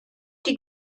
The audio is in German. die